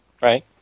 Right